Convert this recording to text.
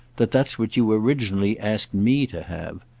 that that's what you originally asked me to have.